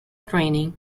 training